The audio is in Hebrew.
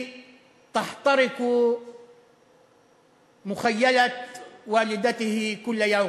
הכאבים שלכם והתקוות שלנו כרוכים אלה באלה.